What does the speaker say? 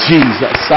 Jesus